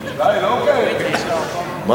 לא הקשבת, אז.